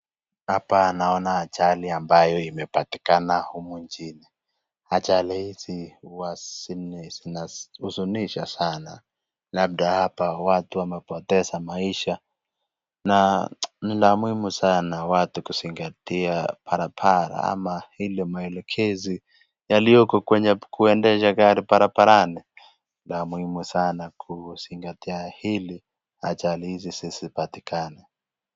Hapa naona ajali ambayo imepatikana humu nchini. Ajali hizi huwa zinahuzunisha sana, labda hapa watu wamepoteza maisha, na ni la muhimu sana watu kuzingatia barabara ama hii maelekezo iliyo kuendesha gari barabarani. La muhimu sana kuzingatia ili ajali hizi zisipatikane.